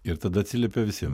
ir tada atsiliepia visiems